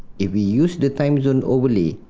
if we use the time zone overlay,